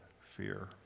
fear